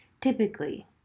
Typically